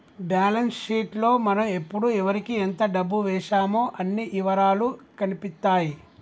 balance sheet లో మనం ఎప్పుడు ఎవరికీ ఎంత డబ్బు వేశామో అన్ని ఇవరాలూ కనిపిత్తాయి